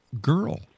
girl